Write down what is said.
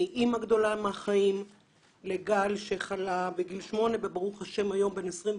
אני אימא גדולה מהחיים לגל שחלה בגיל שמונה וברוך השם היום בן 21,